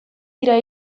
dira